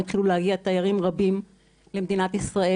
התחילו להגיע תיירים רבים למדינת ישראל.